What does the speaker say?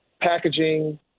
packaging